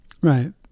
Right